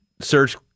search